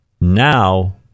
Now